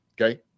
okay